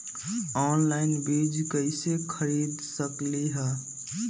Online बीज कईसे खरीद सकली ह?